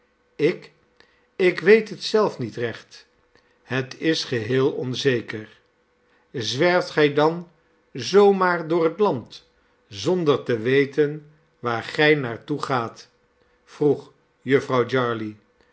ik ik weet het zelf niet recht het is geheel onzeker zwerft gij dan zoo maar door het land zonder te weten waar gij naar toe gaat vroeg jufvrouw